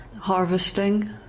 Harvesting